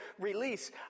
release